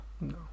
No